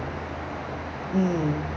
mm